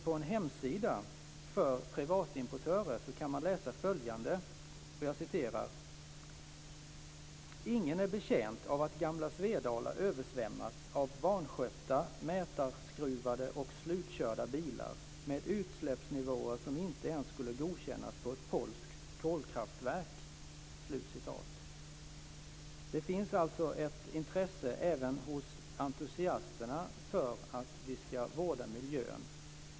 På en hemsida för privatimportörer kan man läsa följande: "Ingen är betjänt av att gamla Svedala översvämmas av vanskötta, mätarskruvade och slutkörda bilar med utsläppsnivåer som inte ens skulle godkännas på ett polskt kolkraftverk." Det finns alltså ett intresse även hos entusiasterna för att vi ska vårda miljön.